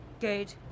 Good